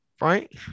right